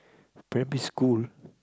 primary school